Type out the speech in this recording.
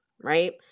right